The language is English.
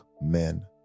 men